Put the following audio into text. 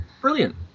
Brilliant